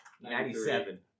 Ninety-seven